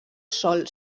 sol